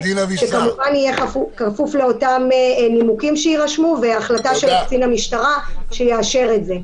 כמובן בכפוף לאותם נימוקים שיירשמו ולהחלטה של קצין משטרה שמאשרת את זה.